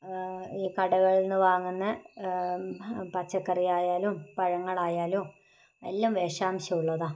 ഈ കടകളിൽ നിന്ന് വാങ്ങുന്ന പച്ചക്കറിയായാലും പഴങ്ങളായാലും എല്ലാം വിഷാംശമുള്ളതാണ്